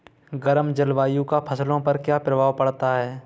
गर्म जलवायु का फसलों पर क्या प्रभाव पड़ता है?